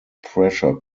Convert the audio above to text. pressure